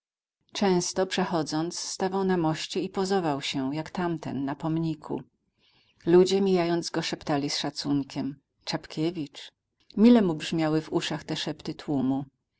często przechodząc stawał na moście i pozował się jak tamten na pomniku ludzie mijając go szeptali z szacunkiem czapkiewicz mile mu brzmiały w uszach te szepty tłumu